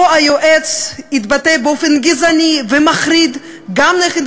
אותו היועץ התבטא באופן גזעני ומחריד גם נגד